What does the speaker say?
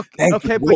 Okay